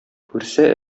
күрсә